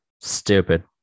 stupid